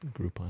Groupon